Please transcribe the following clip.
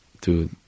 dude